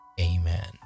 Amen